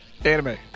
anime